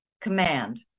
command